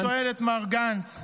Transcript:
אז אני שואל את מר גנץ: